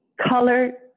color